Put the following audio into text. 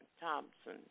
Thompson